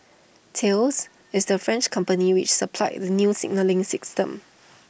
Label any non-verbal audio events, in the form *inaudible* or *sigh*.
Thales is the French company which supplied the new signalling *unintelligible*